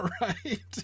right